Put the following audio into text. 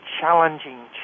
challenging